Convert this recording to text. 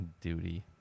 Duty